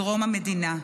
בדרום המדינה.